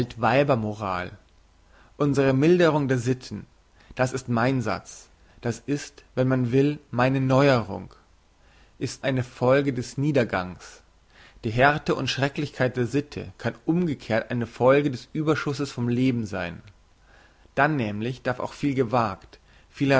altweiber moral unsre milderung der sitten das ist mein satz das ist wenn man will meine neuerung ist eine folge des niedergangs die härte und schrecklichkeit der sitte kann umgekehrt eine folge des überschusses von leben sein dann nämlich darf auch viel gewagt